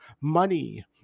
money